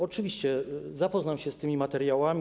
Oczywiście zapoznam się z tymi materiałami.